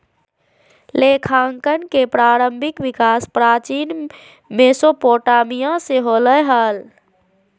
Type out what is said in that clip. लेखांकन के प्रारंभिक विकास प्राचीन मेसोपोटामिया से होलय हल